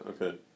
okay